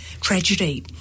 tragedy